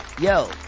yo